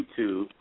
YouTube